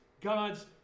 God's